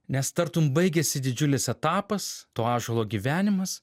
nes tartum baigėsi didžiulis etapas to ąžuolo gyvenimas